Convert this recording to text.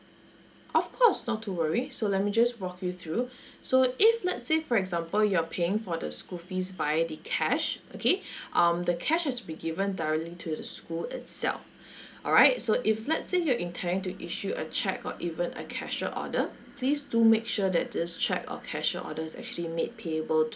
of course not to worry so let me just walk you through so if let's say for example you're paying for the school fees via the cash okay um the cash has to be given directly to the school itself alright so if let's say you're intending to issue a check or even a cashier order please do make sure that this check or cashier order is actually made payable to